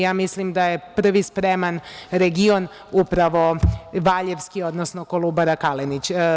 Ja mislim da je prvi spreman region upravo valjevski, odnosno "Kolubara" Kalenić.